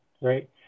right